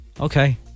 Okay